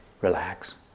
relax